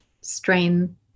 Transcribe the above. strain